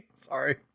Sorry